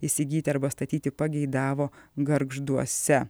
įsigyti arba statyti pageidavo gargžduose